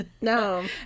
No